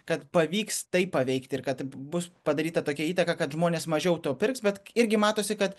kad pavyks tai paveikti ir kad bus padaryta tokia įtaka kad žmonės mažiau to pirks bet irgi matosi kad